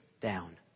down